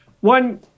One